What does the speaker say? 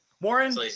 Warren